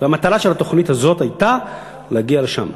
והמטרה של התוכנית הזאת הייתה להגיע לשם.